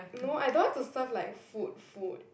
no I don't want to serve like food food